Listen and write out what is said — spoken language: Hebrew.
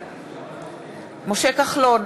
בעד משה כחלון,